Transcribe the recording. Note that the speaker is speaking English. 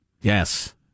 Yes